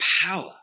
power